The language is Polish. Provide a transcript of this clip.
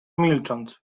milcząc